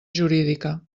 jurídica